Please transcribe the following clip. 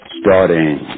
Starting